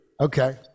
Okay